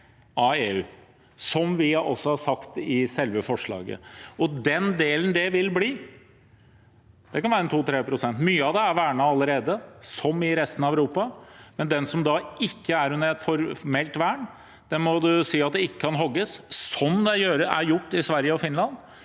av EU, som vi også har sagt i selve forslaget. Den delen det vil bli, kan være 2–3 pst. Mye av det er vernet allerede, som i resten av Europa, men det som da ikke er under et formelt vern, må man si at ikke kan hogges – som det er gjort i Sverige og Finland